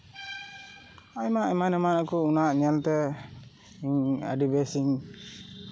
ᱟᱭᱢᱟ ᱮᱢᱟᱱᱼᱮᱢᱟᱱ ᱠᱚ ᱚᱱᱟᱠᱚ ᱧᱮᱞᱛᱮ ᱤᱧ ᱟᱹᱰᱤ ᱵᱮᱥᱮᱧ